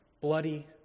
bloody